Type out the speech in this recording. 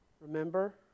remember